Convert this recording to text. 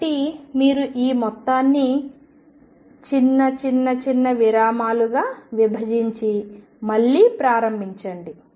కాబట్టి మీరు ఈ మొత్తాన్ని చిన్న చిన్న చిన్న విరామాలుగా విభజించి మళ్లీ ప్రారంభించండి